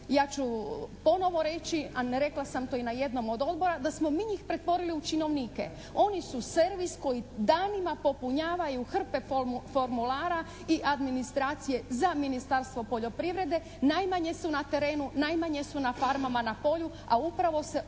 ja ću ponovo reći, a rekla sam to i na jednom od odbora, da smo mi njih pretvorili u činovnike. Oni su servis koji danima popunjavaju hrpe formulara i administracije za Ministarstvo poljoprivrede, najmanje su na terenu, najmanje su na farmama, na polju, a upravo se od te